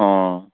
অঁ